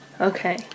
Okay